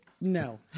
No